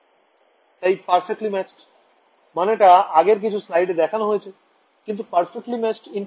তাই perfectly matched মানে টা আগের কিছু স্লাইডে দেখানো হয়েছে কিন্তু perfectly matched interface